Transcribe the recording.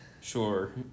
Sure